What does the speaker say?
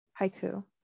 haiku